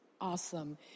awesome